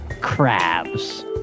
crabs